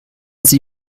sie